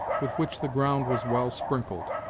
with which the ground was well sprinkled,